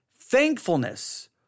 thankfulness